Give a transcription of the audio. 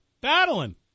Battling